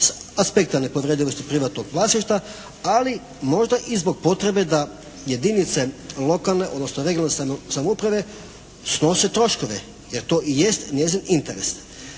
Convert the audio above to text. aspekta nepovredivosti privatnog vlasništva, ali možda i zbog potrebe da jedinice lokalne, odnosno regionalne samouprave snose troškove, jer to i jest njezin interese.